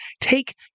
take